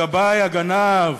הגבאי הגנב,